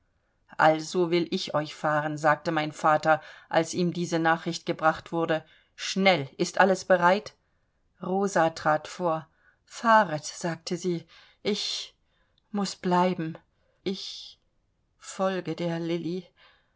also will ich euch fahren sagte mein vater als ihm diese nachricht gebracht wurde schnell ist alles bereit rosa trat vor fahret sagte sie ich muß bleiben ich folge der lilli